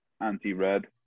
anti-red